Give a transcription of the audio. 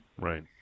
Right